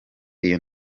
iyo